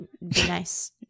nice